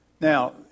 Now